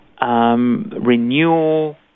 Renewal